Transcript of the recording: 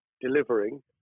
delivering